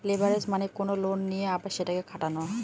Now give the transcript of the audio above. leverage মানে কোনো loan নিয়ে আবার সেটাকে খাটানো